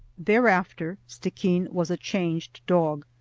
thereafter stickeen was a changed dog.